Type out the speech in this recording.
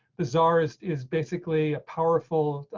bizarre is, is basically a powerful,